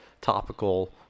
topical